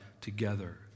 together